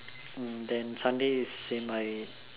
um then Sunday is same I